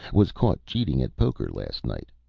was caught cheating at poker last night.